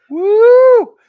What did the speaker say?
Woo